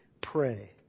pray